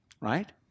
right